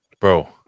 bro